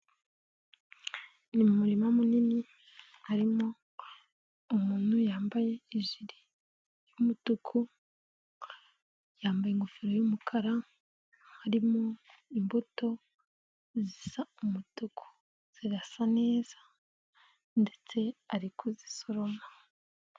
Ni mu muririma munini, harimo umuntu yambayejiri y'umutuku, yambaye ingofero y'umukara, harimo imbuto zisa umutuku, zirasa neza ndetse arikuzisoroma.